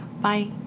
Bye